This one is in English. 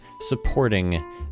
supporting